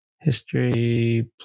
History